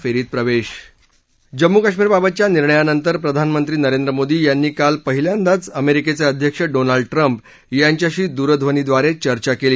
फेरीत प्रवेश जम्मू कश्मीरबाबतच्या निर्णयानंतर प्रधानमंत्री नरेंद्र मोदी यांनी काल पहिल्यांदाच अमेरिकेचे अध्यक्ष डोनाल्ड ट्रम्प यांच्याशी दूरध्वनीद्वारे चर्चा केली